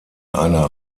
einer